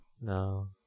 no